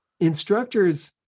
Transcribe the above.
instructors